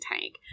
tank